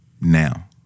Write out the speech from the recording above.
now